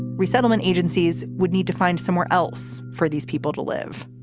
resettlement agencies would need to find somewhere else for these people to live.